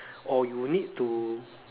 or you need to